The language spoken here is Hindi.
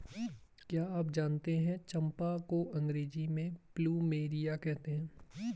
क्या आप जानते है चम्पा को अंग्रेजी में प्लूमेरिया कहते हैं?